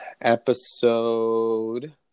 episode